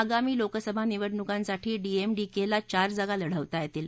आगामी लोकसभा निवडणुकांसाठी डीएमडीक्ला चार जागा लढवता यसील